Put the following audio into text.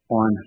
on